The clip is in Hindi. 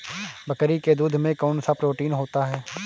बकरी के दूध में कौनसा प्रोटीन होता है?